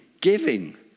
giving